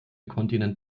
kontinent